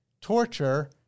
torture